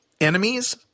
enemies